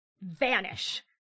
vanish